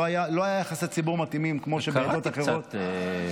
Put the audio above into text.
לא היו יחסי ציבור מתאימים כמו בעדות אחרות.